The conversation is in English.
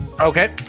Okay